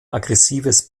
aggressives